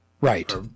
Right